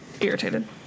irritated